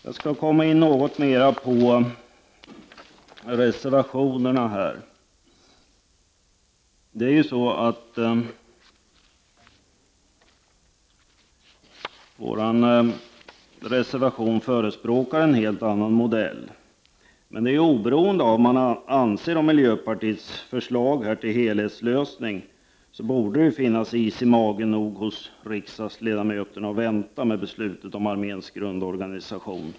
Jag kommer nu in något mera på reservationerna. Miljöpartiets reservation förespråkar en helt annan modell. Men oberoende av vad man anser om miljöpartiets förslag till helhetslösning, borde det finnas is i magen hos riksdagens ledamöter att vänta med beslutet om arméns grundorganisation.